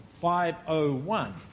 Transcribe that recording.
5.01